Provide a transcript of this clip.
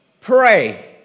pray